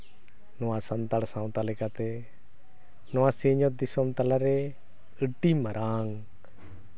ᱱᱚᱣᱟ ᱥᱟᱱᱛᱟᱲ ᱥᱟᱶᱛᱟ ᱞᱮᱠᱟᱛᱮ ᱱᱚᱣᱟ ᱥᱤᱧ ᱚᱛ ᱫᱤᱥᱚᱢ ᱛᱟᱞᱟᱨᱮ ᱟᱹᱰᱤ ᱢᱟᱨᱟᱝ